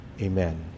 amen